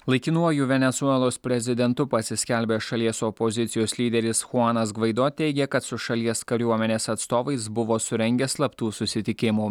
laikinuoju venesuelos prezidentu pasiskelbęs šalies opozicijos lyderis chuanas gvaido teigia kad su šalies kariuomenės atstovais buvo surengęs slaptų susitikimų